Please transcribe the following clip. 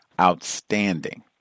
Outstanding